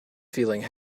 feeling